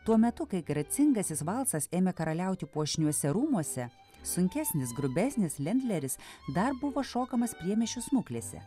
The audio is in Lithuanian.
tuo metu kai gracingasis valsas ėmė karaliauti puošniuose rūmuose sunkesnis grubesnis lendleris dar buvo šokamas priemiesčio smuklėse